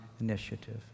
initiative